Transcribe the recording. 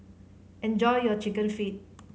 enjoy your Chicken Feet